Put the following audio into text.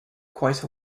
quite